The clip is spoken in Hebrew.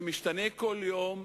שמשתנה כל יום,